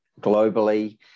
globally